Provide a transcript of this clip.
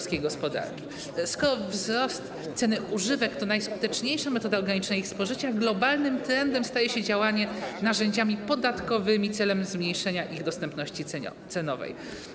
Skoro wzrost cen używek to najskuteczniejsza metoda ograniczenia ich spożycia, globalnym trendem staje się działanie narzędziami podatkowymi celem zmniejszenia ich dostępności cenowej.